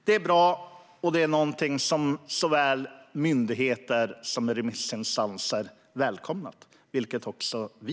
Det är bra, och det är något som såväl myndigheter som remissinstanser välkomnar. Det gör också vi.